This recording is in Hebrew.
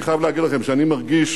אני חייב להגיד לכם שאני מרגיש